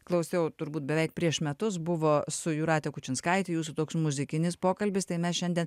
klausiau turbūt beveik prieš metus buvo su jūrate kučinskaite jūsų toks muzikinis pokalbis tai mes šiandien